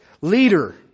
Leader